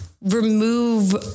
remove